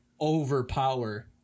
overpower